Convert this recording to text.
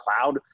cloud